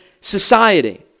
society